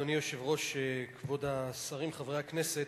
אדוני היושב-ראש, כבוד השרים, חברי הכנסת,